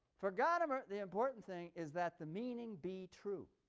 for gadamer the important thing is that the meaning be true,